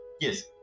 Yes